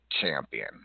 champion